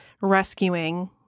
rescuing